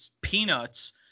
peanuts